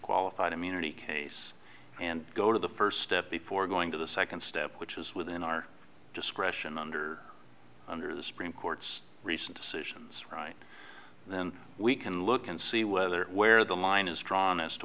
qualified immunity and go to the first step before going to the second step which is within our discretion under under the supreme court's recent decisions right then we can look and see whether where the line is drawn as to